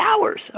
hours